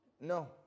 No